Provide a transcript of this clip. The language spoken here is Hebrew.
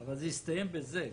אבל זה הסתיים בזה.